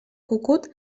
cucut